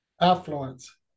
affluence